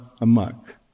amok